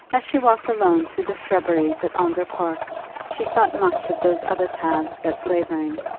as she walked alone through the shrubberies at ongar park she thought much of those other paths at clavering,